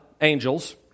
angels